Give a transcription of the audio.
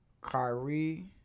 Kyrie